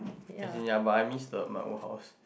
as in ya but I miss the my old house